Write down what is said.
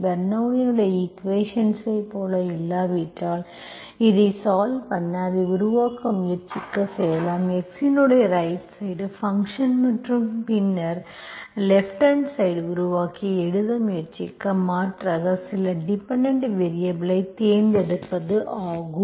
பெர்னோள்ளியின் ஈக்குவேஷன்ஐ போல இல்லாவிட்டாலும் இதைத் சால்வ் பண்ண அதை உருவாக்க முயற்சி செய்யலாம் x இன் ரைட் சைடு ஃபங்க்ஷன் மற்றும் பின்னர் லேப்ட் ஹாண்ட் சைடு உருவாக்கி எழுத முயற்சிக்க மாற்ற சில டிபெண்டென்ட் வேரியபல்ஐத் தேர்ந்தெடுப்பது ஆகும்